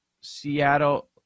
Seattle